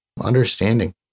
understanding